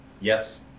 yes